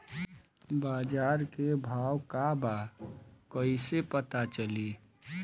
बाजार के भाव का बा कईसे पता चली?